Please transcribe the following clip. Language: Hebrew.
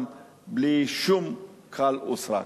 בלי כחל ושרק.